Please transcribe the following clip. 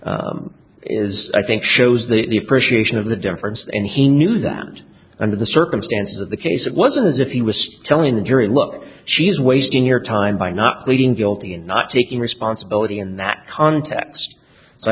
it is i think shows the appreciation of the difference and he knew that under the circumstances of the case it wasn't as if he was telling the jury look she is wasting your time by not pleading guilty and not taking responsibility in that cont